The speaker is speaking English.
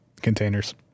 containers